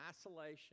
isolation